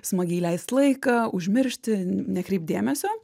smagiai leis laiką užmiršti nekreipt dėmesio